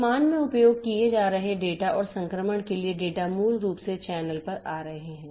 वर्तमान में उपयोग किए जा रहे डेटा और संक्रमण के लिए डेटा मूल रूप से चैनल पर आ रहे हैं